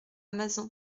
mazan